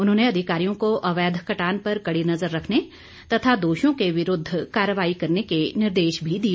उन्होंने अधिकारियों को अवैध कटान पर कड़ी नज़र रखने तथा दोषियों के विरूद्ध कार्रवाई के निर्देश भी दिए